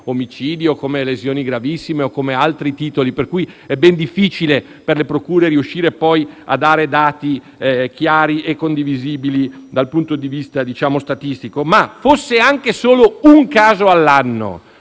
omicidio, lesioni gravissime o altri titoli, per cui è ben difficile per le procure riuscire poi a dare dati chiari e condivisibili dal punto di vista statistico), noi comunque, per una